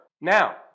Now